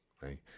right